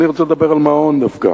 אני רוצה לדבר על מעון, דווקא.